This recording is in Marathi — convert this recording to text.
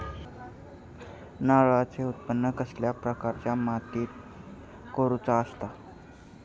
नारळाचा उत्त्पन कसल्या प्रकारच्या मातीत करूचा असता?